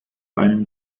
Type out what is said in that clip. einem